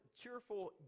cheerful